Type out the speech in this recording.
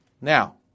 Now